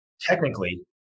technically